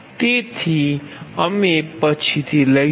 તેથી અમે પછીથી લઈશું